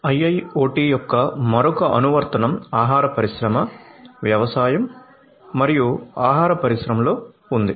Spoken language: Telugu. IIoT యొక్క మరొక అనువర్తనం ఆహార పరిశ్రమ వ్యవసాయం మరియు ఆహార పరిశ్రమలో ఉంది